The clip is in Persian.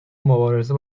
مبارزه